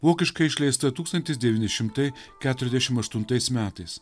vokiškai išleista tūkstantis devyni šimtai keturiasdešimt aštuntais metais